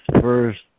first